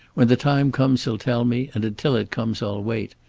when the time comes he'll tell me, and until it comes, i'll wait.